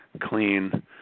clean